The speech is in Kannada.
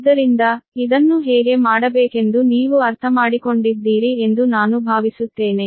ಆದ್ದರಿಂದ ಇದನ್ನು ಹೇಗೆ ಮಾಡಬೇಕೆಂದು ನೀವು ಅರ್ಥಮಾಡಿಕೊಂಡಿದ್ದೀರಿ ಎಂದು ನಾನು ಭಾವಿಸುತ್ತೇನೆ